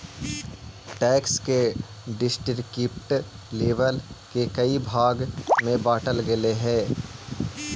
tax के descriptive label के कई भाग में बांटल गेल हई